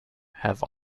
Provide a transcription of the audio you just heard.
have